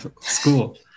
school